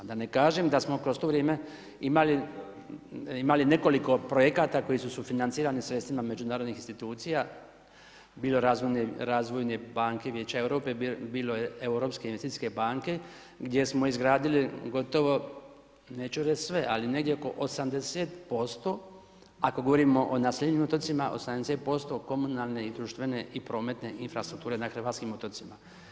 Da ne kažem da smo kroz to vrijeme imali nekoliko projekata koje su sufinancirani sredstvima međunarodnim institucijama, bilo razvojnim banke vijeća Europe, bilo europske investicijske banke, gdje smo izgradili, gotovo, neću reći sve, ali negdje oko 80%, ako govorimo o naseljenim otocima 80% komunalne, društvene i prometne infrastrukture na hrvatskim otocima.